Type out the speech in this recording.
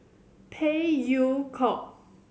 Phey Yew Kok